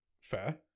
Fair